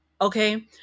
okay